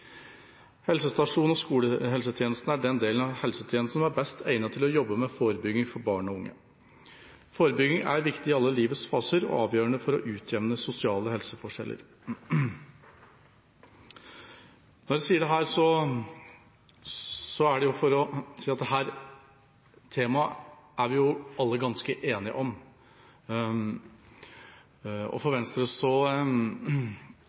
og skolehelsetjenesten er den delen av helsetjenesten som er best egnet til å jobbe med forebygging for barn og unge. Forebygging er viktig i alle livets faser og avgjørende for å utjevne sosiale helseforskjeller. Når jeg sier dette, er det fordi dette er et tema vi alle er ganske enige om. For min egen del må jeg si at